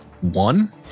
one